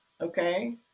Okay